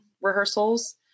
rehearsals